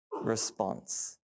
response